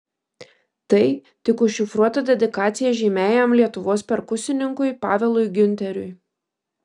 tai tik užšifruota dedikacija žymiajam lietuvos perkusininkui pavelui giunteriui